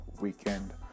weekend